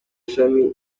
shami